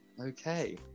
okay